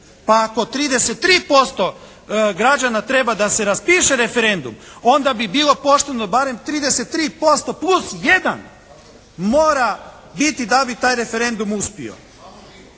Pa ako 33% građana treba da se raspiše referendum onda bi bilo pošteno barem 33% plus 1 mora biti da bi taj referendum uspio.